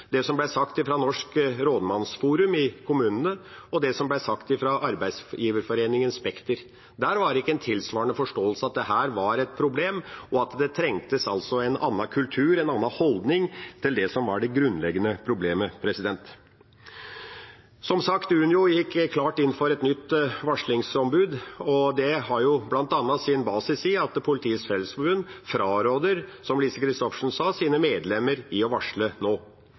det som ble sagt fra Norsk Rådmannsforum, i kommunene, og det som ble sagt fra arbeidsgiverforeningen Spekter. Der var det ikke en tilsvarende forståelse av at dette var et problem, og at det trengtes en annen kultur, en annen holdning, til det som var det grunnleggende problemet. Som sagt: Unio gikk klart inn for et varslingsombud, og det har bl.a. sin basis i at Politiets Fellesforbund fraråder, som Lise Christoffersen sa, sine medlemmer å varsle nå.